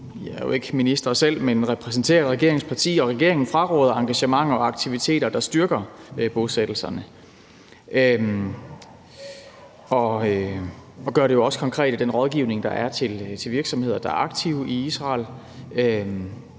Jeg er jo ikke minister selv, men repræsenterer et regeringsparti, og regeringen fraråder engagementer og aktiviteter, der styrker bosættelserne, og gør det også konkret i den rådgivning, der er til virksomheder, der er aktive i Israel.